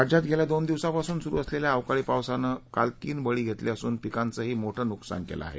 राज्यात गेल्या दोन दिवसांपासून सूरू असलेल्या अवकाळी पावसानं काल तीन बळी घेतले असून पिकांचंही मोठं नुकसान होत आहे